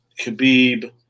Khabib